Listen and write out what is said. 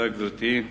תודה, גברתי.